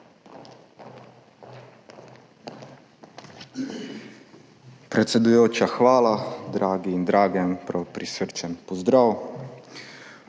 Predsedujoča, hvala. Dragi in drage, prav prisrčen pozdrav!